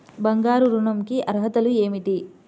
బంగారు ఋణం కి అర్హతలు ఏమిటీ?